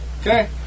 Okay